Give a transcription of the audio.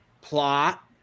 plot